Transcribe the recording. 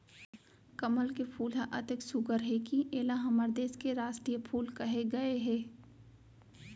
कमल के फूल ह अतेक सुग्घर हे कि एला हमर देस के रास्टीय फूल कहे गए हे